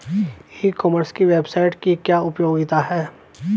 ई commerce की website की क्या उपयोगिता है?